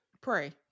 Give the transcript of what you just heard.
Pray